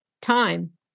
time